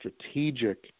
strategic